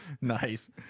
nice